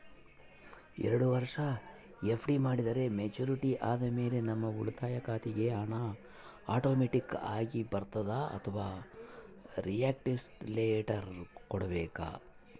ಎರಡು ವರುಷ ಎಫ್.ಡಿ ಮಾಡಿದರೆ ಮೆಚ್ಯೂರಿಟಿ ಆದಮೇಲೆ ನಮ್ಮ ಉಳಿತಾಯ ಖಾತೆಗೆ ಹಣ ಆಟೋಮ್ಯಾಟಿಕ್ ಆಗಿ ಬರ್ತೈತಾ ಅಥವಾ ರಿಕ್ವೆಸ್ಟ್ ಲೆಟರ್ ಕೊಡಬೇಕಾ?